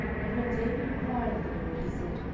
and when david enquired of the lord, he said,